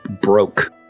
broke